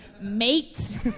Mate